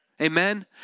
Amen